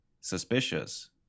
suspicious